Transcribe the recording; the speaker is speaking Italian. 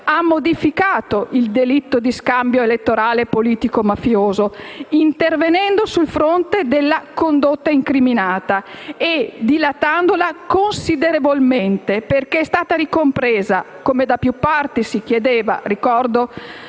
ha modificato il delitto di scambio elettorale politico-mafioso, intervenendo sul fronte della condotta incriminata e dilatandola considerevolmente perché è stata ricompresa, come da più parti si chiedeva (ricordo